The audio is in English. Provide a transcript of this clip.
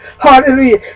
Hallelujah